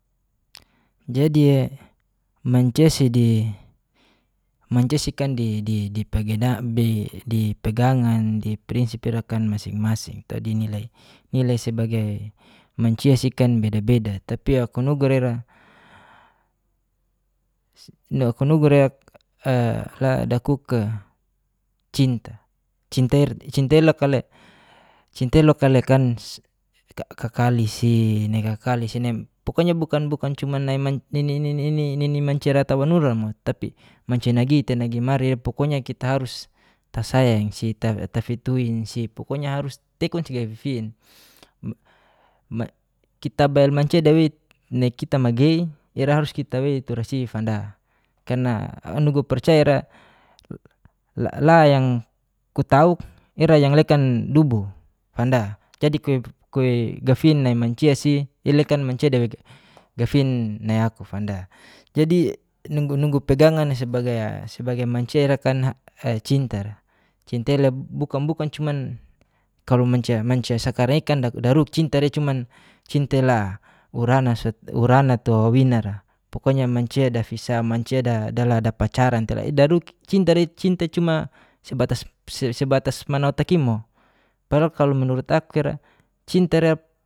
Jadi e mancia si di mancia sikan di di dipegada bei di pegangan di prinsip irakan masing-masing tu di nilai sebagai mancia sikan beda-beda tapia aku nugu ra ira kunugu ra ira a la dakuk e cinta. cinta ira cinta iloka le cinta iloka lekan ka kakali si nai kakali si nai pokoknya bukan bukan cumanai manc ni ni ni ni mancia rata wanura ra mu tapi mancia nagi te nagi mari pokonya kita harus tasayang si ta tafituin si pokonya harus tekun si gafifin. ma kita bail mancia dawei nai kita magey ira harus kita wei tura si fanda karna nugu parcaya ra la la yang kutauk ira yang lekan dubu. fanda! Jadi, kuwei kuwei gafin nai mancia si ilekan mancia dawei gafin nai aku. fanda! Jadi, nunggu nunggu pegangan sebagai a sebagai mancia irakan ha ha cinta ra, cinta ile bukan bukan cuman kalo mancia mancia sakarang iakan daruk cinta ra cuman cinta la urana sa te urana tu wawina ra pokonya mancia dafisa mancia da da la da pacaran te la ira daruk cinta ra i cinta cinta cuma sebatas sebatas mana otak i mo, padahal kalo menurut aku ra ira, cinta ra